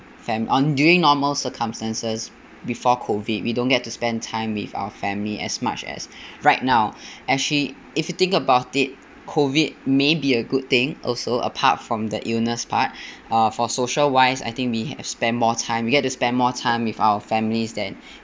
fam~ I mean during normal circumstances before COVID we don't get to spend time with our family as much as right now actually if you think about it COVID may be a good thing also apart from the illness part uh for social wise I think we have spent more time we get to spend more time with our families than